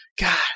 God